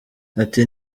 ati